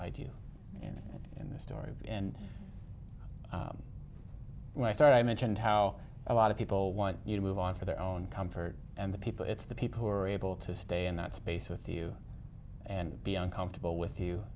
and in the story and when i start i mentioned how a lot of people want you to move on for their own comfort and the people it's the people who are able to stay in that space with you and be uncomfortable with you